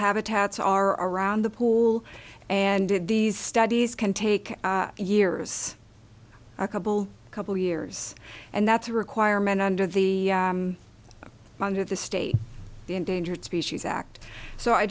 habitats are around the pool and did these studies can take years a couple couple years and that's a requirement under the under the state the endangered species act so i